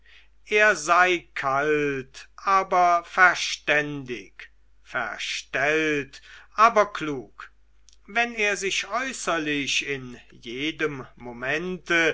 er sei kalt aber verständig verstellt aber klug wenn er sich äußerlich in jedem momente